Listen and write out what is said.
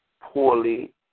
poorly